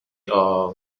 are